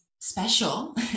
special